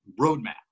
roadmap